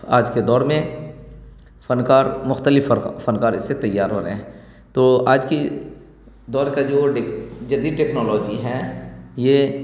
آج کے دور میں فنکار مختلف فنکار اس سے تیار ہو رہے ہیں تو آج کی دور کا جو جدید ٹیکنالوجی ہے یہ